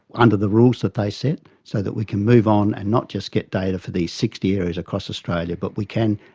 under the rules that they set, so that we can move on and not just get data for these sixty areas across australia but we can,